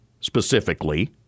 specifically